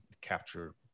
capture